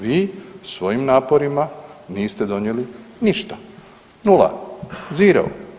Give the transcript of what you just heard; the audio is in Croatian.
Vi svojim naporima niste donijeli ništa, nula, zero.